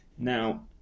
Now